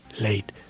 late